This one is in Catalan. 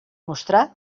mostrà